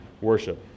worship